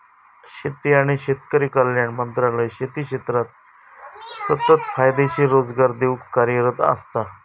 शेती आणि शेतकरी कल्याण मंत्रालय शेती क्षेत्राक सतत फायदेशीर रोजगार देऊक कार्यरत असता